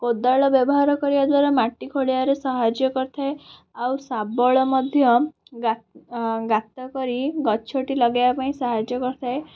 କୋଦାଳ ବ୍ୟବହାର କରିବା ଦ୍ଵାରା ମାଟି ଖୋଳିବାରେ ସାହାଯ୍ୟ କରିଥାଏ ଆଉ ଶାବଳ ମଧ୍ୟ ଗାତ କରି ଗଛଟି ଲଗେଇବା ପାଇଁ ସାହାଯ୍ୟ କରିଥାଏ